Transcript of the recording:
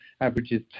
averages